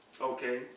Okay